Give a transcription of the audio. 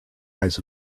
eyes